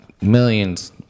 millions